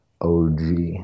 OG